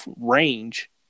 range –